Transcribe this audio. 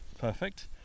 Perfect